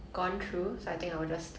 but anyways ya